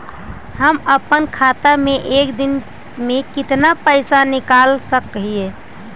हम अपन खाता से एक दिन में कितना पैसा निकाल सक हिय?